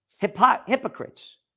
Hypocrites